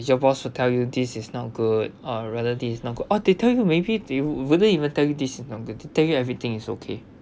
your boss will tell you this is not good uh rather this is no good oh they tell you maybe you wouldn't even tell you this is not good they tell you everything is okay